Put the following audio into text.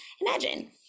imagine